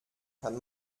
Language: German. kann